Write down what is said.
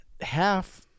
half